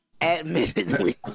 admittedly